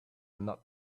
not